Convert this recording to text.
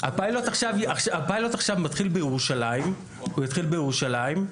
הפיילוט עכשיו מתחיל בירושלים,